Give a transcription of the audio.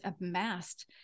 amassed